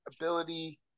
ability